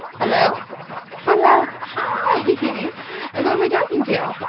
hello hello hi. who am i talking to?